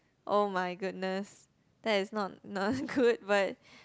oh-my-goodness that is not not good but